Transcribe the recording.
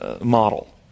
model